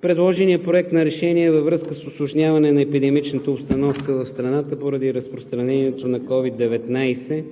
предложеният Проект на решение във връзка с усложняване на емидемичната обстановка в страната поради разпространението на COVID-19